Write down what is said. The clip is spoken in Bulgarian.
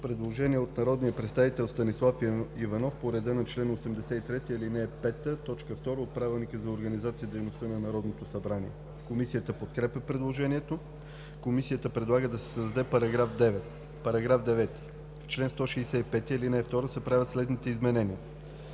Предложение от народния представител Станислав Иванов по реда на чл. 83, ал. 5, т. 2 от Правилника за организацията и дейността на Народното събрание. Комисията подкрепя предложението. Комисията предлага да се създаде § 9: „§ 9. В чл. 165, ал. 2 се правят следните изменения: